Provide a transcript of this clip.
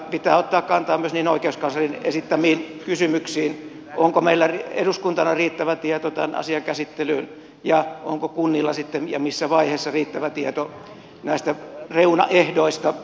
pitää ottaa kantaa myös niihin oikeuskanslerin esittämiin kysymyksiin onko meillä eduskuntana riittävä tieto tämän asian käsittelyyn ja onko kunnilla sitten ja missä vaiheessa riittävä tieto näistä reunaehdoista